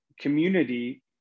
community